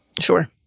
sure